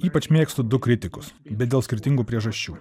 ypač mėgstu du kritikus bet dėl skirtingų priežasčių